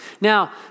Now